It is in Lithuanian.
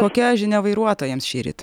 kokia žinia vairuotojams šįryt